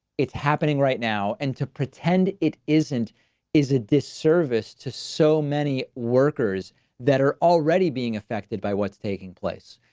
it's happening right now, and to pretend it isn't is a disservice to so many workers that are already being affected by what's taking place.